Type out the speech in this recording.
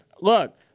Look